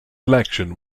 election